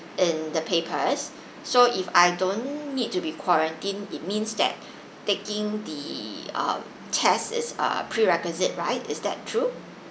in the papers so if I don't need to be quarantined it means that taking the uh test is a prerequisite right is that true